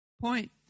point